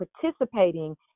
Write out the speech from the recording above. participating